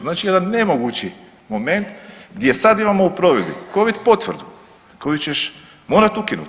Znači jedan nemogući moment gdje sad imamo u provedbi covid potvrdu koju ćeš morati ukinuti.